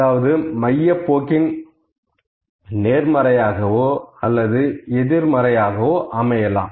அதாவது மைய போக்கின் நேர்மறையாகவோ அல்லது எதிர்மறையாகவோ அமையலாம்